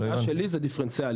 ההצעה שלי זה דיפרנציאליות.